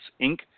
Inc